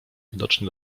widocznie